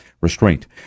restraint